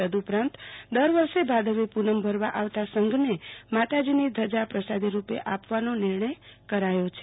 તદઉપરાંત દર વર્ષે ભાદરવી પુનમ ભરવા આવતા સંઘને માતાજીની ધજા પ્રસાદીરૂપે આપવાનો નિર્ણય કરાયો છે